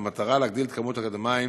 כדי להגדיל את כמות האקדמאים